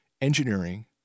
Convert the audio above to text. engineering